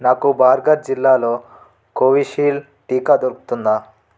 నాకు బార్గఢ్ జిల్లాలో కోవిషీల్డ్ టీకా దొరుకుతుందా